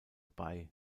bei